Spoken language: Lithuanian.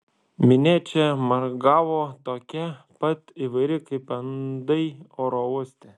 minia čia margavo tokia pat įvairi kaip andai oro uoste